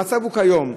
המצב כיום,